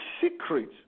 secret